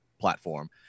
platform